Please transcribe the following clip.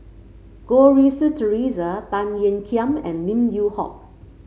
Goh Rui Si Theresa Tan Ean Kiam and Lim Yew Hock